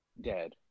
Dead